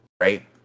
right